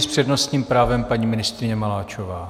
S přednostním právem paní ministryně Maláčová.